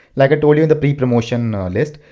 like i told you in the pre-promotion list,